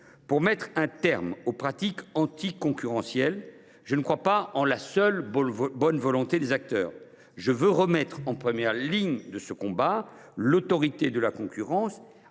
Pour mettre un terme aux pratiques anticoncurrentielles, je ne crois pas en la seule bonne volonté des acteurs. Je veux remettre en première ligne de ce combat l’Autorité de la concurrence,